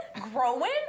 Growing